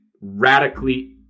radically